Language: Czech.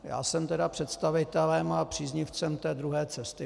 Já jsem tedy představitelem a příznivcem druhé cesty.